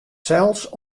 sels